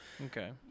Okay